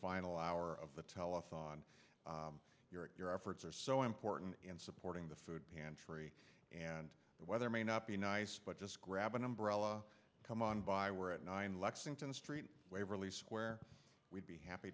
final hour of the telephone your your efforts are so important in supporting the food pantry and the weather may not be nice but just grab an umbrella come on by we're at nine lexington street waverly square we'd be happy